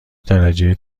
درجه